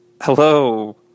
Hello